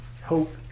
hope